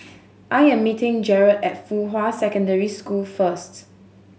I am meeting Jarrad at Fuhua Secondary School first